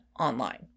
online